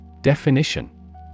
Definition